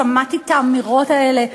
שמעתי את האמירות האלה,